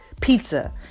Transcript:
pizza